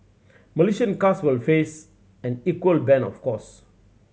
Malaysian cars would face an equal ban of course